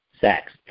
sex